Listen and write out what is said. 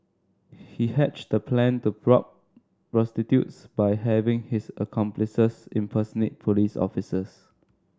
he hatched the plan to rob prostitutes by having his accomplices impersonate police officers